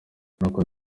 nkuko